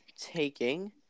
taking